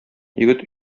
егет